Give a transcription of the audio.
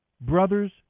Brothers